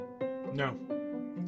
No